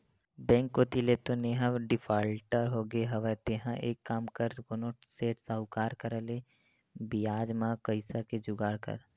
bank कोती ले तो तेंहा डिफाल्टर होगे हवस तेंहा एक काम कर कोनो सेठ, साहुकार करा ले बियाज म पइसा के जुगाड़ कर